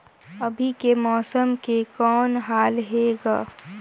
अभी के मौसम के कौन हाल हे ग?